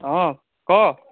অঁ ক